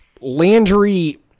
Landry